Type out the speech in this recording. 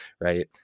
right